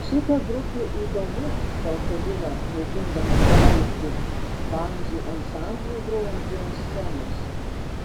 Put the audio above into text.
šita grupė įdomi šaukia lila mėgindama perrėkti bandžų ansamblį grojantį ant scenos